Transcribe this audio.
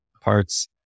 parts